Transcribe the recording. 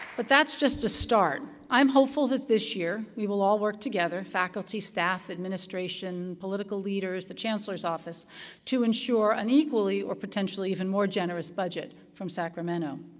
but that's just a start. i am hopeful that this year we will all work together faculty, staff, administration, political leaders, the chancellor's office to ensure an equally, or potentially even more generous budget from sacramento.